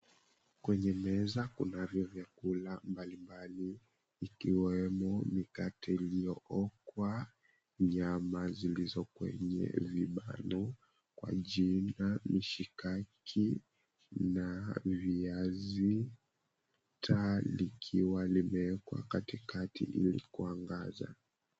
Kwenye meza kunavyo vyakula mbali mbali ikiwemo mikate uliyookwa, nyama zilizo kwenye vibando kwa jina mishikaki na viazi. Taa likiwa limeekwa katikati ili kuangaza.